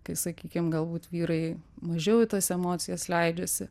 kai sakykim galbūt vyrai mažiau į tas emocijas leidžiasi